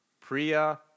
Priya